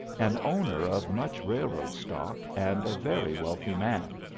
an owner of much railroad stock, and a very wealthy man.